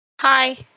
hi